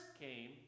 came